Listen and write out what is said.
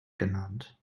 genannt